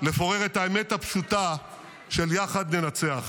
לפורר את האמת הפשוטה של "יחד ננצח".